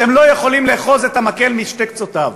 אתם לא יכולים לאחוז את המקל בשני קצותיו,